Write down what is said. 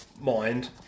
mind